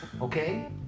Okay